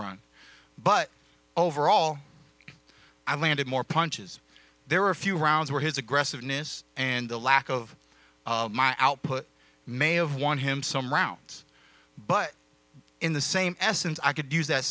homerun but overall i landed more punches there were a few rounds where his aggressiveness and the lack of of my output may have won him some rounds but in the same essence i could use that